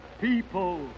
people